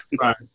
right